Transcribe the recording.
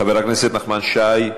חבר הכנסת נחמן שי,